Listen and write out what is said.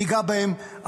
שניגע בהם,